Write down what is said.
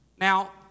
Now